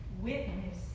witness